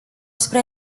spre